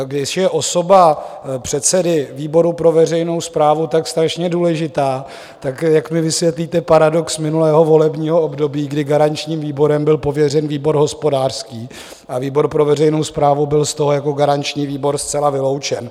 Když je osoba předsedy výboru pro veřejnou správu tak strašně důležitá, tak jak mi vysvětlíte paradox minulého volebního období, kdy garančním výborem byl pověřen výbor hospodářský a výbor pro veřejnou správu byl z toho jako garanční výbor zcela vyloučen.